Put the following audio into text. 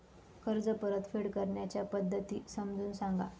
कर्ज परतफेड करण्याच्या पद्धती समजून सांगा